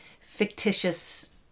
fictitious